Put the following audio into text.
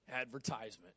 Advertisement